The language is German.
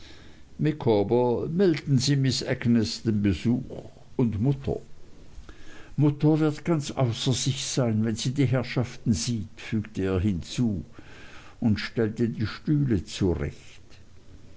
micawber melden sie miß agnes den besuch und mutter mutter wird ganz außer sich sein wenn sie die herrschaften sieht fügte er hinzu und stellte die stühle zurecht